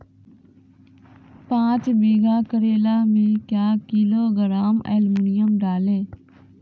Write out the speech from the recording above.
पाँच बीघा करेला मे क्या किलोग्राम एलमुनियम डालें?